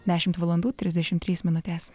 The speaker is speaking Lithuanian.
dešimt valandų trisdešim trys minutės